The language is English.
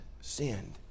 sinned